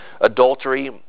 adultery